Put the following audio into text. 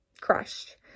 crushed